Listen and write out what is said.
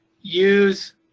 use